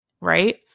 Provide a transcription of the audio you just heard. right